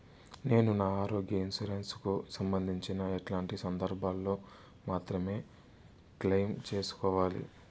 నేను నా ఆరోగ్య ఇన్సూరెన్సు కు సంబంధించి ఎట్లాంటి సందర్భాల్లో మాత్రమే క్లెయిమ్ సేసుకోవాలి?